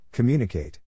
Communicate